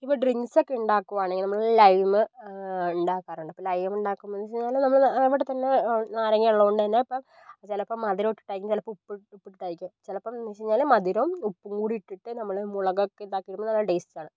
ഇപ്പം ഡ്രിങ്ക്സൊക്കെ ഉണ്ടാക്കുവാണേൽ നമ്മള് ലൈമ് ഉണ്ടാക്കാറുണ്ട് അപ്പം ലൈമ് ഉണ്ടാക്കുമ്പമെന്ന് വെച്ച് കഴിഞ്ഞാല് നമ്മള് അവിടെത്തന്നെ നാരങ്ങാവെള്ളം ഉണ്ട് തന്നെ ഇപ്പം ചിലപ്പം മധുരം ഇട്ടിട്ടായിരിക്കും ചെലപ്പം ഉപ്പ് ഉപ്പിട്ടിട്ടായിരിക്കും ചിലപ്പമെന്ന് വെച്ച് കഴിഞ്ഞാല് മധുരവും ഉപ്പും കൂടി ഇട്ടിട്ട് നമ്മള് മുളകൊക്കെ ഇതാക്കി ഇടുമ്പം നല്ല ടേസ്റ്റാണ്